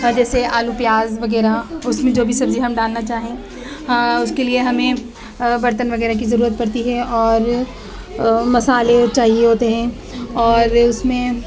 اور جیسے آلو پیاز وغیرہ اس میں جو بھی سبزی ہم ڈالنا چاہیں ہاں اس کے لیے ہمیں برتن وغیرہ کی ضرورت پڑتی ہے اور مصالح چاہیے ہوتے ہیں اور اس میں